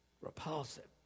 repulsive